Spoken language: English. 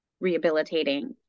rehabilitating